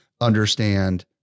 understand